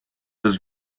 does